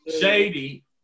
Shady